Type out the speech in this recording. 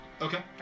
okay